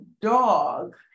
dog